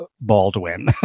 Baldwin